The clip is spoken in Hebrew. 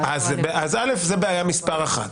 לפעול --- אז א' זו בעיה מספר אחת.